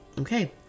okay